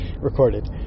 recorded